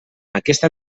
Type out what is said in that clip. aquesta